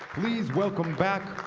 please welcome back,